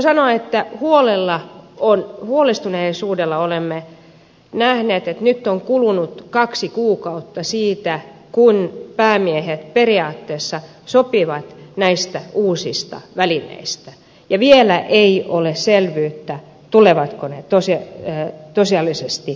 ehkä voi sanoa että huolestuneisuudella olemme nähneet että nyt on kulunut kaksi kuukautta siitä kun päämiehet periaatteessa sopivat näistä uusista välineistä ja vielä ei ole selvyyttä tulevatko ne tosiasiallisesti voimaan